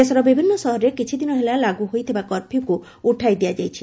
ଦେଶର ବିଭିନ୍ନ ସହରରେ କିଛିଦିନ ହେଲା ଲାଗୁ ହୋଇଥିବା କର୍ଫ୍ୟୁକ୍ତ ଉଠାଇ ଦିଆଯାଇଛି